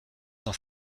dans